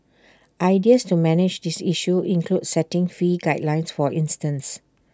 ideas to manage this issue include setting fee guidelines for instance